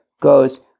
goes